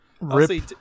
Rip